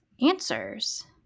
answers